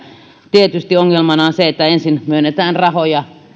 tietysti ongelmana on se että ensin myönnetään rahoja